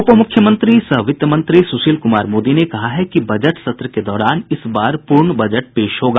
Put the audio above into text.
उप मुख्यमंत्री सह वित्त मंत्री सुशील कुमार मोदी ने कहा है कि बजट सत्र के दौरान इस बार पूर्ण बजट पेश होगा